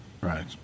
Right